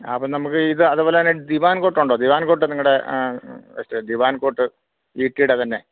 ആ അപ്പം നമുക്ക് ഇത് അതുപോലെത്തന്നെ ദിവാൻ കോട്ട് ഉണ്ടോ ദിവാൻ കോട്ട് നിങ്ങളുടെ ദിവാൻ കോട്ട് ഈട്ടിയുടെ തന്നെ